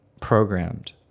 programmed